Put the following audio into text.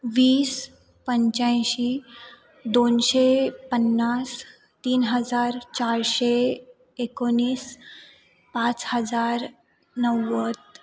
वीस पंच्याऐंशी दोनशे पन्नास तीन हजार चारशे एकोणीस पाच हजार नव्वद